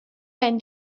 ben